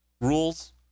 rules